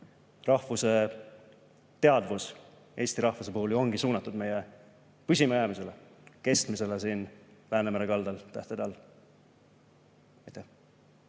rahvusteadvus eesti rahvuse puhul ju ongi suunatud meie püsimajäämisele, kestmisele siin Läänemere kaldal tähtede